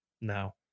now